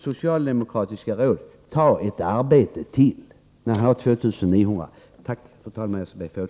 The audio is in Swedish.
Socialdemokraternas cyniska råd är: Ta ett arbete till! Detta gäller alltså den som redan arbetar 2900 timmar per år.